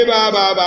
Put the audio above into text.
Baba